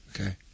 Okay